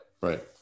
right